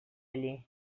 allí